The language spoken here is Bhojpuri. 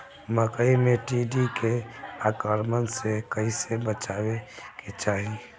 मकई मे टिड्डी के आक्रमण से कइसे बचावे के चाही?